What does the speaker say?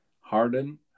Harden